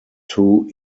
two